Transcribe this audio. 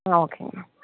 ஆ ஓகேங்க